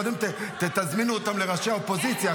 קודם תזמינו אותם לראשי האופוזיציה.